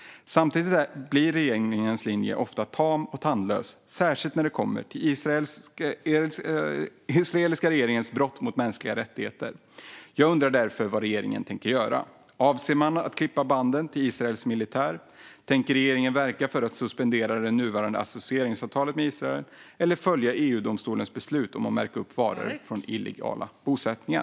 Samtidigt blir regeringens linje ofta tam och tandlös, särskilt när det kommer till den israeliska regeringens brott mot mänskliga rättigheter. Jag undrar därför vad regeringen tänker göra. Avser man att klippa banden till Israels militär? Tänker regeringen verka för att suspendera det nuvarande associeringsavtalet med Israel eller följa EU-domstolens beslut om att märka upp varor från illegala bosättningar?